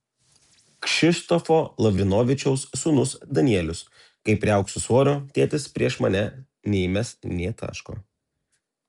kšištofo lavrinovičiaus sūnus danielius kai priaugsiu svorio tėtis prieš mane neįmes nė taško